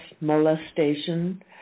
molestation